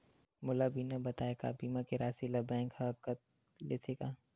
मोला बिना बताय का बीमा के राशि ला बैंक हा कत लेते का?